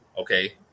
okay